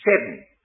seven